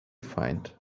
find